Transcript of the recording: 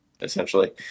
essentially